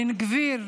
בן גביר,